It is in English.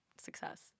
success